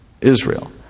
Israel